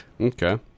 Okay